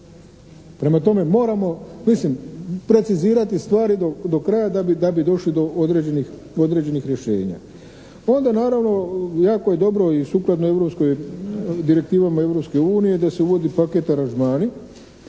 Prema tome, moramo mislim precizirati stvari do kraja da bi došli do određenih rješenja. Onda naravno jako je dobro i sukladno je direktivama Europske unije da se uvode paket aranžmani.